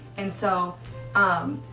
and so um,